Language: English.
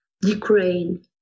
Ukraine